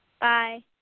Bye